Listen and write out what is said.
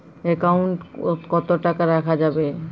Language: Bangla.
একাউন্ট কত টাকা রাখা যাবে?